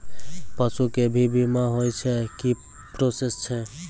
पसु के भी बीमा होय छै, की प्रोसेस छै?